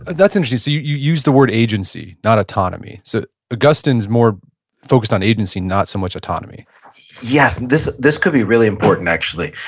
that's interesting. so you you use the word agency, not autonomy. so augustine's more focused on agency, not so much autonomy yes. this this could be really important actually.